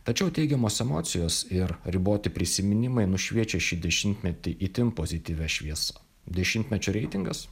tačiau teigiamos emocijos ir riboti prisiminimai nušviečia šį dešimtmetį itin pozityvia šviesa dešimtmečio reitingas